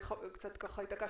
שיש לנו את הנתונים